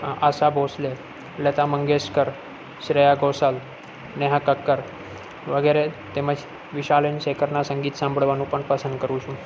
આશા ભોંસલે લતા મંગેશકર શ્રેયા ઘોસાલ નેહા કક્કર વગેરે તેમજ વિશાલ એન સેખરના સંગીત સાંભળવાનું પણ પસંદ કરું છું